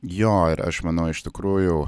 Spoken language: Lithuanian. jo ir aš manau iš tikrųjų